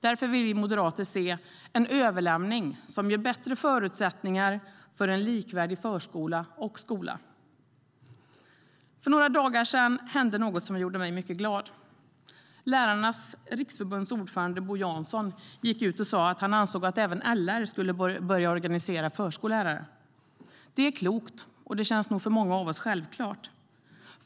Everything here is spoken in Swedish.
Därför vill vi moderater se en överlämning som ger bättre förutsättningar för en likvärdig förskola och skola. För några dagar sedan hände något som gjorde mig mycket glad. Lärarnas Riksförbunds ordförande, Bo Jansson, gick ut och sa att han ansåg att även LR skulle börja organisera förskollärare. Det är klokt, och det känns nog för många av oss självklart.